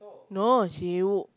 no she w~